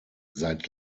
seit